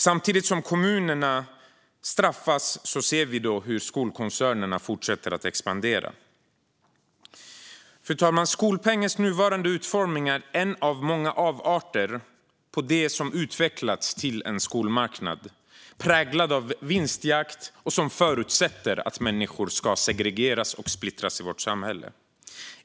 Samtidigt som kommunerna straffas ser vi hur skolkoncernerna fortsätter att expandera. Fru talman! Skolpengens nuvarande utformning är en av många avarter på det som har utvecklats till en skolmarknad präglad av vinstjakt och som förutsätter att människor ska segregeras och splittras i vårt samhälle.